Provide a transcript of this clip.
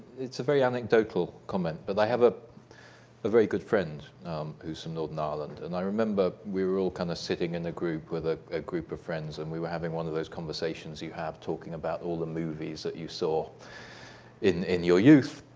it's a very anecdotal comment, but i have a a very good friend who's from northern ireland, and i remember we were all kind of sitting in a group, with a a group of friends, and we were having one of those conversations you have talking about all the movies that you saw in in your youth.